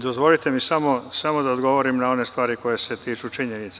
Dozvolite mi samo da odgovorim na one stvari koje se tiču činjenica.